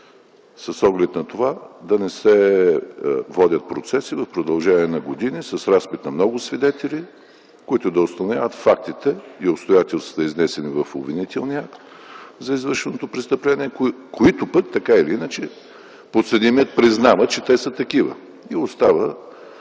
с оглед на това да не се водят процеси в продължение на години с разпит на много свидетели, които да отклоняват фактите и обстоятелства, изнесени в обвинителния акт за извършеното престъпление, които подсъдимият признава, че те са такива, и остава